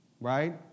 right